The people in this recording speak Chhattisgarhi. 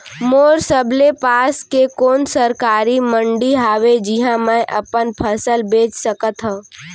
मोर सबले पास के कोन सरकारी मंडी हावे जिहां मैं अपन फसल बेच सकथव?